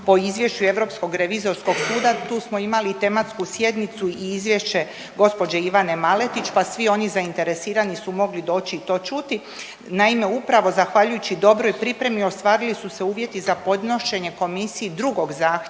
Po izvješću Europskog revizorskog suda tu smo imali tematsku sjednicu i izvješće gđe. Ivane Maletić, pa svi oni zainteresirani su mogli doći i to čuti. Naime, upravo zahvaljujući dobroj pripremi ostvarili su se uvjeti za podnošenje komisiji drugog zahtjeva